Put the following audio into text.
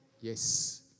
yes